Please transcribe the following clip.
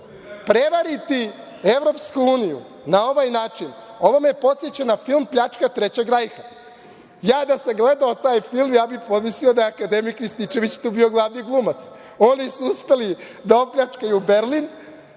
čuli. Prevariti EU na ovaj način, ovo me podseća na film „Pljačka Trećeg rajha“. Ja da sam gledao taj film, ja bih pomislio da je akademik Rističević tu bio glavni glumac. Oni su uspeli da opljačkaju Berlin,